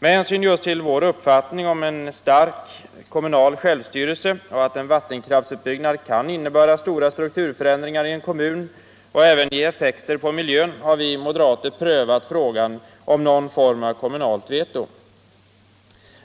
Med hänsyn just till vår uppfattning om en stark kommunal självstyrelse och med hänsyn till att en vattenkraftsutbyggnad kan innebära stora sturkturförändringar i en kommun och även ge effekter på miljön har vi moderater prövat frågan om någon form av kommunalt veto.